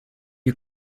you